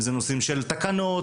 תקנות